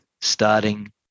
starting